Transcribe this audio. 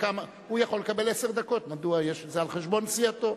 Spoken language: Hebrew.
הוא יכול לקבל עשר דקות, מדוע, זה על חשבון סיעתו.